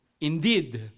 Indeed